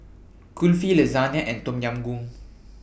Kulfi Lasagna and Tom Yam Goong